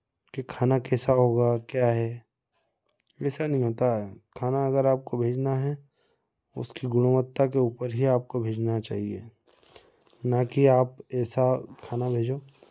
कि खाना कैसा होगा क्या है ऐसा नहीं होता है खाना अगर आपको भेजना है उसकी गुणवत्ता के ऊपर ही आप को भेजना चाहिए ना कि आप ऐसा खाना भेजो